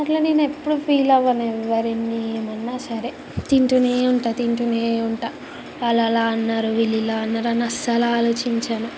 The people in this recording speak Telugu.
అట్లా నేనెప్పుడు ఫీలవ్వనెవ్వరిని ఏమన్నా సరే తింటూనేవుంటాను తింటూనేవుంటాను వాళ్ళలా అన్నారు వీళ్ళిలా అన్నరని అస్సలాలోచించను